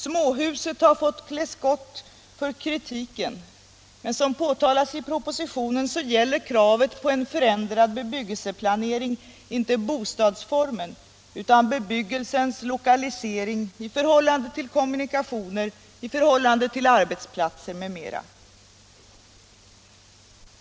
Småhuset har fått klä skott för kritiken, men som påtalas — Samordnad i propositionen gäller kravet på en förändrad bebyggelseplanering inte bo = sysselsättnings och stadsformen utan bebyggelsens lokalisering i förhållande till kommunika = regionalpolitik tioner, arbetsplatser m.m.